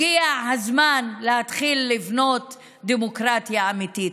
הגיע הזמן להתחיל לבנות דמוקרטיה אמיתית.